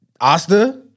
Asta